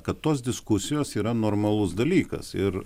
kad tos diskusijos yra normalus dalykas ir